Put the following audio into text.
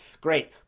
great